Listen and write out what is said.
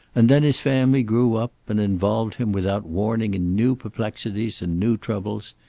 and then his family grew up, and involved him without warning in new perplexities and new troubles.